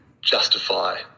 justify –